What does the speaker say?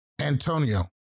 Antonio